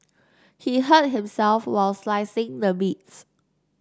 he hurt himself while slicing the meats